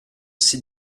six